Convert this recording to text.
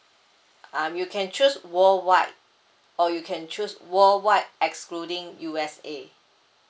um you can choose worldwide or you can choose worldwide excluding U_S_A